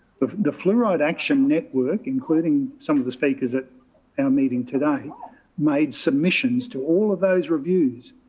the the fluoride action network, including some of the speakers that are meeting today made submissions to all of those reviews,